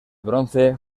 bronce